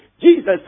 Jesus